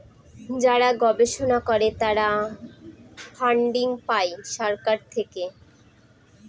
যারা গবেষণা করে তারা ফান্ডিং পাই সরকার থেকে